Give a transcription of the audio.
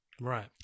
Right